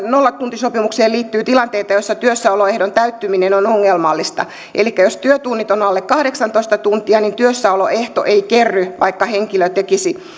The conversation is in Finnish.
nollatuntisopimukseen liittyy tilanteita joissa työssäoloehdon täyttyminen on ongelmallista elikkä jos työtunteja on alle kahdeksantoista tuntia työssäoloehto ei kerry vaikka henkilö tekisi